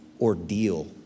ordeal